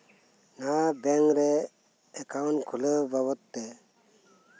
ᱱᱚᱣᱟ ᱵᱮᱝᱠ ᱨᱮ ᱮᱠᱟᱩᱱᱴ ᱠᱷᱩᱞᱟᱹᱣ ᱵᱟᱵᱚᱫ ᱛᱮ